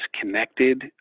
connected